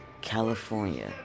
California